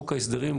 חוק ההסדרים,